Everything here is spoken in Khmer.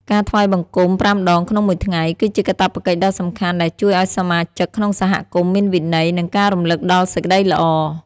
ការថ្វាយបង្គំប្រាំដងក្នុងមួយថ្ងៃ គឺជាកាតព្វកិច្ចដ៏សំខាន់ដែលជួយឱ្យសមាជិកក្នុងសហគមន៍មានវិន័យ និងការរំលឹកដល់សេចក្តីល្អ។